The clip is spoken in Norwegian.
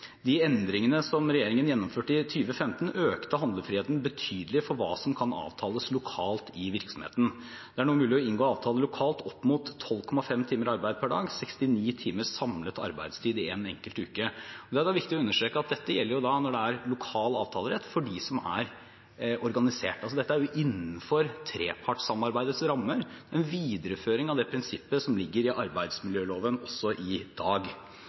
De endringene som regjeringen gjennomførte i 2015, økte handlefriheten betydelig når det gjelder hva som kan avtales lokalt i virksomheten. Det er nå mulig å inngå avtale lokalt om opptil 12,5 timer arbeid per dag, 69 timer samlet arbeidstid i én enkelt uke. Det er viktig å understreke at dette gjelder når det er lokal avtalerett for dem som er organisert. Dette er innenfor trepartssamarbeidets rammer, en videreføring av det prinsippet som ligger i arbeidsmiljøloven også i dag.